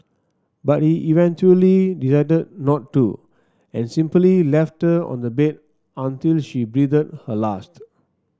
but he eventually decided not to and simply left her on the bed until she breathed her last